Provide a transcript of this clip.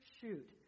shoot